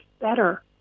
better